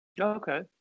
Okay